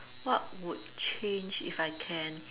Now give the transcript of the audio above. what would change if I can